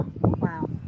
Wow